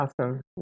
awesome